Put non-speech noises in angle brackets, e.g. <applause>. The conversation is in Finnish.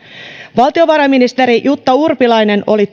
valtiovarainministeri jutta urpilainen oli <unintelligible>